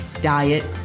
diet